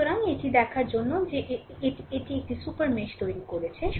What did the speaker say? সুতরাং এটি দেখার জন্য যে এটি এটি একটি সুপার মেশ তৈরি করছে